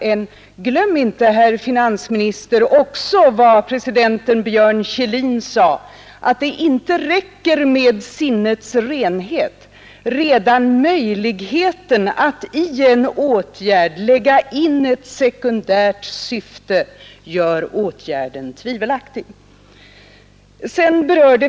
Men glöm inte, herr finansminister, vad hovrättspresidenten Björn Kjellin också sade, nämligen att det inte räcker med sinnets renhet, redan möjligheten att i en åtgärd lägga in ett sekundärt syfte gör åtgärden tvivelaktig.